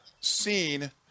seen